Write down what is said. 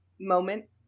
moment